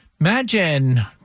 Imagine